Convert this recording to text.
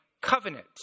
covenant